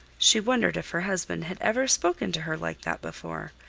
she wondered if her husband had ever spoken to her like that before,